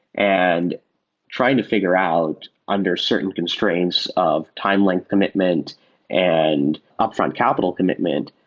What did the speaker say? and trying to figure out under certain constraints of time length commitment and upfront capital commitment,